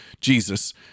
Jesus